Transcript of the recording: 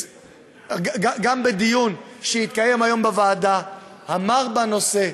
גם בדיון שהתקיים היום בוועדה אמר בנושא,